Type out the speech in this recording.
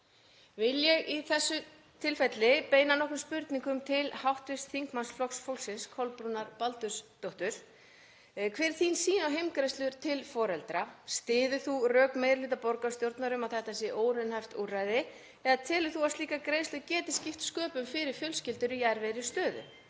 Vil ég í þessu tilfelli beina nokkrum spurningum til hv. þm. Flokks fólksins, Kolbrúnar Baldursdóttur: Hver er þín sýn á heimgreiðslur til foreldra? Styður þú rök meiri hluta borgarstjórnar um að þetta sé óraunhæft úrræði eða telur þú að slíkar greiðslur geti skipt sköpum fyrir fjölskyldur í erfiðri stöðu?